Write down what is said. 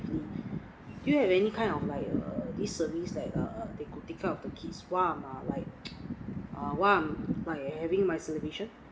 do you have any kind of like err this service like err to to pickup the kids while I'm err like err while I'm like having my celebration